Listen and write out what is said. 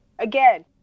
Again